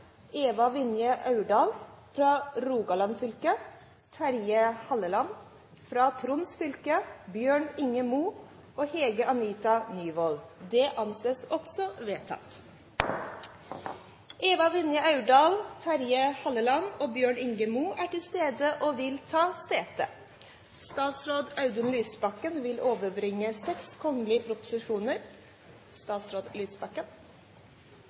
Eva Vinje Aurdal For Rogaland fylke: Terje Halleland For Troms fylke: Bjørn Inge Mo og Hilde Anita Nyvoll Eva Vinje Aurdal, Terje Halleland og Bjørn Inge Mo er til stede og vil ta sete. Før sakene på dagens kart tas opp til behandling, vil